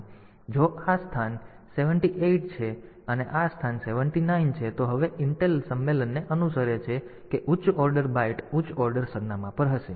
તેથી જો આ સ્થાન 78 છે અને આ સ્થાન 79 છે તો હવે ઇન્ટેલ સંમેલનને અનુસરે છે કે ઉચ્ચ ઓર્ડર બાઈટ ઉચ્ચ ઓર્ડર સરનામાં પર હશે